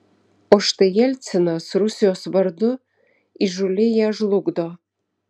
o štai jelcinas rusijos vardu įžūliai ją žlugdo